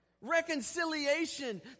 Reconciliation